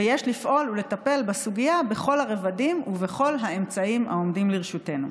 ויש לפעול ולטפל בסוגיה בכל הרבדים ובכל האמצעים העומדים לרשותנו.